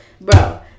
bro